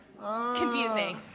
Confusing